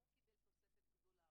הוא קיבל תוספת גדולה,